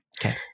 Okay